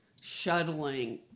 shuttling